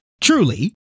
truly